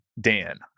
Dan